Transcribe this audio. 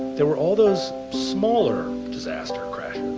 there were all those smaller disaster crashes.